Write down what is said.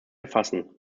befassen